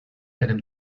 einem